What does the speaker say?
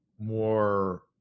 more